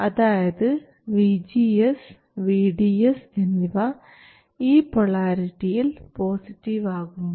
അതായത് VGS VDS എന്നിവ ഈ പൊളാരിറ്റിയിൽ പോസിറ്റീവ് ആകുമ്പോൾ